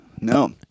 No